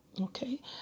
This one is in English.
Okay